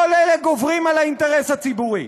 כל אלה גוברים על האינטרס הציבורי.